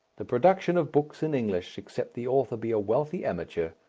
the production of books in english, except the author be a wealthy amateur,